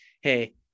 hey